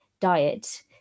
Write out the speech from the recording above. diet